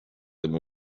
them